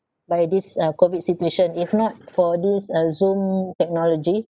by this uh COVID situation if not for this uh zoom technology